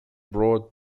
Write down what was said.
brought